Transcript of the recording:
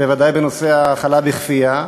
בוודאי בנושא ההאכלה בכפייה.